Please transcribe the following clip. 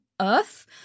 Earth